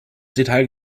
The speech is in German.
detail